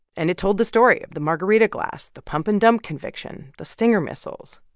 and it told the story of the margarita glass, the pump-and-dump conviction, the stinger missiles.